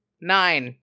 Nine